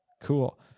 Cool